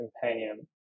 companion